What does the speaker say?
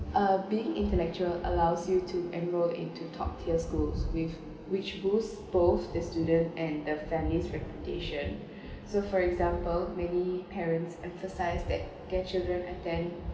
uh being intellectual allows you to enroll into top tier schools with which boosts both the students and the family's reputation so for example many parents emphasise that their children attend